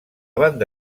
banda